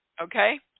Okay